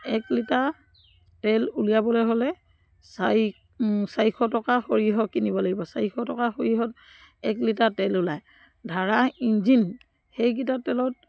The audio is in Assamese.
এক লিটাৰ তেল উলিয়াবলৈ হ'লে চাৰি চাৰিশ টকা সৰিয়হ কিনিব লাগিব চাৰিশ টকাৰ সৰিয়হত এক লিটাৰ তেল ওলায় ধাৰা ইঞ্জিন সেইকেইটা তেলত